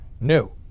new